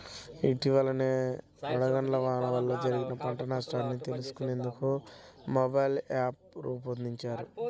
ఇటీవలనే వడగళ్ల వాన వల్ల జరిగిన పంట నష్టాన్ని తెలుసుకునేందుకు మొబైల్ యాప్ను రూపొందించారు